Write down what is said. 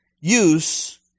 use